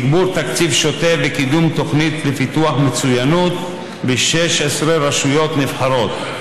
תגבור תקציב שוטף וקידום תוכנית לפיתוח מצוינות ב-16 רשויות נבחרות.